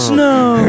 Snow